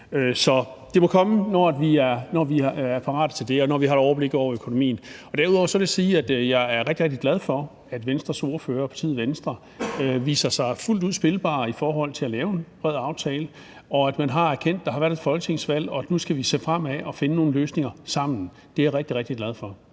Så det må komme, når vi er parate til det, og når vi har et overblik over økonomien. Derudover vil jeg sige, at jeg er rigtig, rigtig glad for, at Venstres ordfører og partiet Venstre viser sig fuldt ud spilbare i forhold til at lave en bred aftale, og at man har erkendt, at der har været et folketingsvalg, og at vi nu skal se fremad og finde nogle løsninger sammen. Det er jeg rigtig, rigtig glad for.